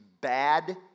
bad